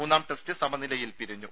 മൂന്നാം ടെസ്റ്റ് സമനിലയിൽ പിരിഞ്ഞു